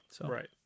Right